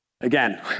Again